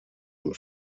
und